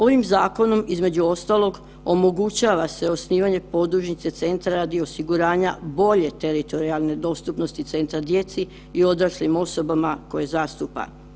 Ovim zakonom između ostalog omogućava se osnivanje podružnice centra radi osiguranja bolje teritorijalne dostupnosti centra djeci i odraslim osobama koje zastupa.